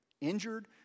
injured